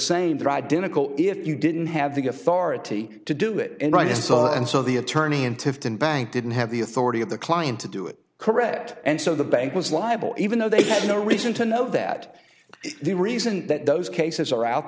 identity if you didn't have the authority to do it right is sought and so the attorney and tifton bank didn't have the authority of the client to do it correct and so the bank was liable even though they had no reason to know that the reason that those cases are out